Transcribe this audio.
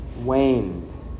waned